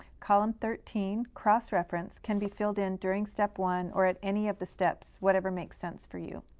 column thirteen, cross reference, can be filled in during step one or at any of the steps, whatever makes sense for you.